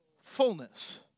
fullness